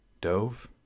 dove